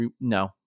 no